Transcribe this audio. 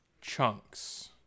chunks